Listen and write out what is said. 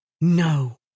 No